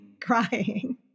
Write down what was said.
crying